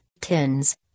tins